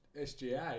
SGA